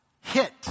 hit